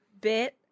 bit